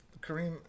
Kareem